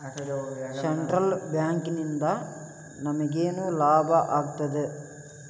Central ಬ್ಯಾಂಕಿಂದ ನಮಗೇನ್ ಲಾಭಾಗ್ತದ?